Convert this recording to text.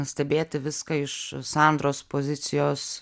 stebėti viską iš sandros pozicijos